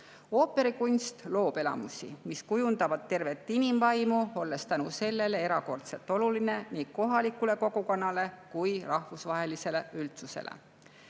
Ooperikunst loob elamusi, mis kujundavad tervet inimvaimu, olles tänu sellele erakordselt oluline nii kohalikule kogukonnale kui rahvusvahelisele üldsusele.